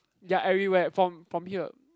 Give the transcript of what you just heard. yea everywhere from from here